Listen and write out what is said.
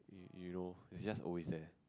you you know it's just always there